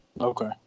Okay